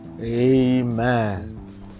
amen